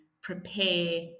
prepare